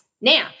Now